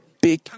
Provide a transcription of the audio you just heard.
big